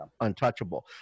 untouchable